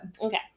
Okay